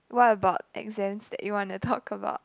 what about exams that you want to talk about